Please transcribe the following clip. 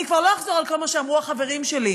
אני כבר לא אחזור על כל מה שאמרו החברים שלי,